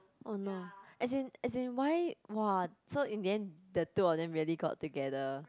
oh no as in as in why !wah! so in the end the two of them really got together